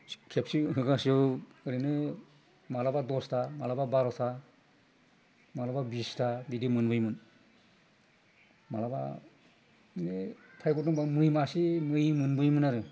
खेबसे होगासेयाव ओरैनो माब्लाबा दसता माब्लाबा बार'ता माब्लाबा बिसता बिदि मोनबोयोमोन माब्लाबा ओरैनो खायफा समाव मै मासे मै मोनबोयोमोन आरो